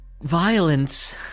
Violence